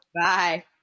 Bye